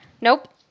Nope